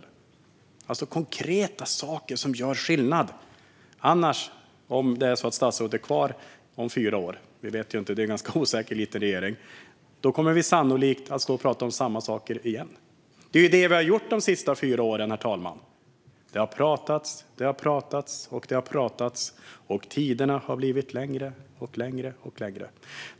Det handlar om konkreta saker som gör skillnad. Om statsrådet är kvar om fyra år - det vet vi ju inte; det är en ganska osäker liten regering - kommer vi sannolikt att stå här och tala om samma saker igen. Det är det vi har gjort de senaste fyra åren, herr talman. Det har pratats och pratats. Och tiderna har blivit längre och längre.